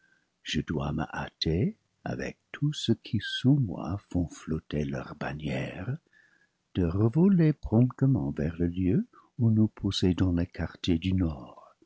je dois me hâter avec tous ceux qui sous moi font flotter leurs bannières de revoler promptement vers le lieu où nous possédons les quartiers du nord